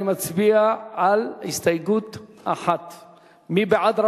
אני מצביע על הסתייגות 1. מי בעד,